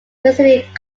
specific